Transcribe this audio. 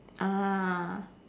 ah